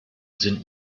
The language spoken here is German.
sind